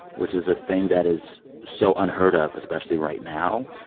which is a thing that is so unheard of, especially right now.